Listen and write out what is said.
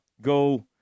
go